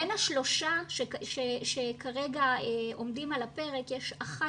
בין השלושה שכרגע עומדים על הפרק יש אחת